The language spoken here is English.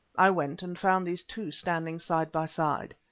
i went and found these two standing side by side.